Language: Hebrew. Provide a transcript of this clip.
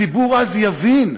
הציבור אז יבין,